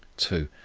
to